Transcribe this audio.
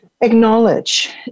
acknowledge